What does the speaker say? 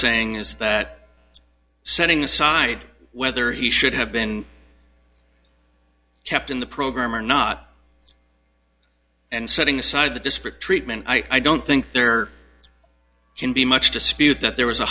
saying is that setting aside whether he should have been kept in the program or not and setting aside the disparate treatment i don't think there can be much dispute that there was a